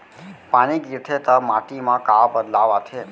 पानी गिरथे ता माटी मा का बदलाव आथे?